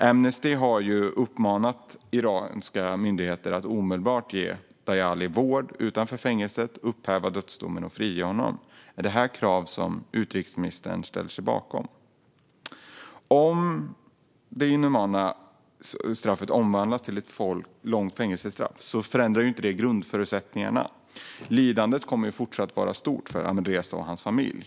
Amnesty har uppmanat iranska myndigheter att omedelbart ge Djalali vård utanför fängelset, att upphäva dödsdomen och att frige honom. Är detta krav som utrikesministern ställer sig bakom? Om det inhumana straffet omvandlas till ett långt fängelsestraff förändrar inte det grundförutsättningarna: Lidandet kommer fortsatt att vara stort för Ahmadreza och hans familj.